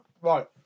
right